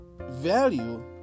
value